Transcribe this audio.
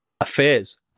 affairs